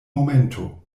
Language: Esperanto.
momento